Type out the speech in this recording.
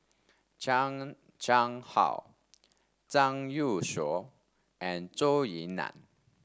Chan Chang How Zhang Youshuo and Zhou Ying Nan